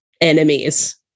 enemies